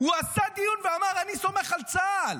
הוא עשה דיון ואמר: אני סומך על צה"ל.